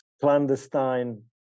clandestine